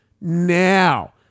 Now